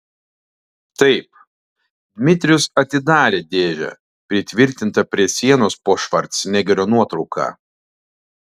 taip dmitrijus atidarė dėžę pritvirtintą prie sienos po švarcnegerio nuotrauka